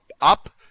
up